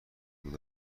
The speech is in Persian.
بود